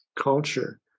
culture